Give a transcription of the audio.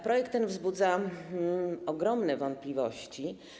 Projekt ten wzbudza ogromne wątpliwości.